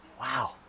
Wow